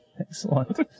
Excellent